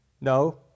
No